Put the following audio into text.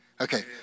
Okay